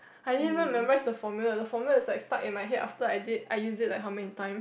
I didn't memorise the formula the formula is like stuck in my head after I did I used it like how many times